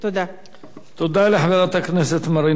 תודה לחברת הכנסת מרינה סולודקין.